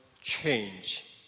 change